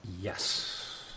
Yes